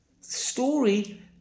story